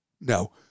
no